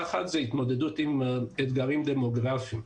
אחת היא התמודדות עם אתגרים דמוגרפיים.